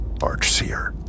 Archseer